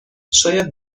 شاید